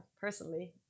personally